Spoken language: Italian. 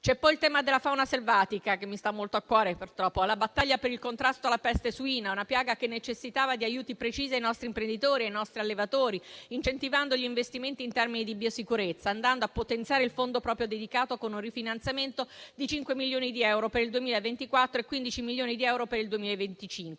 sono poi il tema della fauna selvatica, che mi sta molto a cuore, e la battaglia per il contrasto alla peste suina, una piaga che necessitava di aiuti precisi ai nostri imprenditori, ai nostri allevatori, incentivando gli investimenti in termini di biosicurezza, andando a potenziare il fondo proprio dedicato con un rifinanziamento di cinque milioni di euro per il 2024 e di quindici milioni di euro per il 2025,